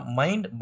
mind